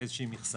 איזה מכסה.